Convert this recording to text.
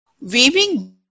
weaving